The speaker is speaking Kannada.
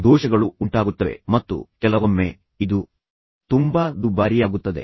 ದೋಷಗಳು ಉಂಟಾಗುತ್ತವೆ ಮತ್ತು ಕೆಲವೊಮ್ಮೆ ಇದು ತುಂಬಾ ದುಬಾರಿಯಾಗುತ್ತದೆ